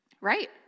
Right